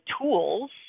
tools